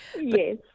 Yes